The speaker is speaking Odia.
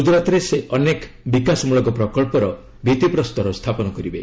ଗୁଜରାତରେ ସେ ଅନେକ ବିକାଶମୂଳକ ପ୍ରକଳ୍ପର ଭିତ୍ତିପ୍ରସ୍ତର ସ୍ଥାପନ କରିବେ